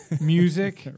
music